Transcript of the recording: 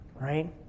right